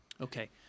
Okay